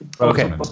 Okay